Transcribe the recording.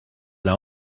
l’a